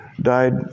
died